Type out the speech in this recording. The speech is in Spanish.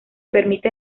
permite